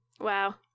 Wow